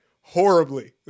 Horribly